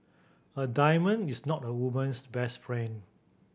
a diamond is not a woman's best friend